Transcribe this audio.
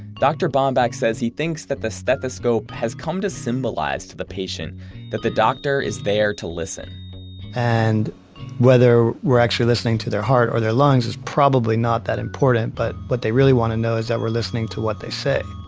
dr. bomback says he thinks that the stethoscope has come to symbolize to the patient that the doctor is there to listen and whether we're actually listening to their heart or their lungs is probably not that important, but what they really want to know is that we're listening to what they say